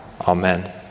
Amen